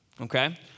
Okay